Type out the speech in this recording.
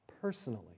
personally